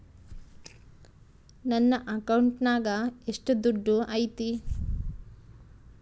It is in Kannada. ನನ್ನ ಅಕೌಂಟಿನಾಗ ಎಷ್ಟು ದುಡ್ಡು ಐತಿ?